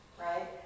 right